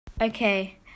Okay